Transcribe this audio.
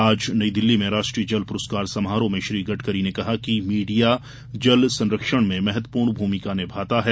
आज नई दिल्ली में राष्ट्रीय जल पुरस्कार समारोह में श्री गडकरी ने कहा कि मीडिया जल संरक्षण में महत्वपूर्ण भूमिका निभाता है